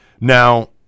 Now